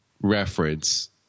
reference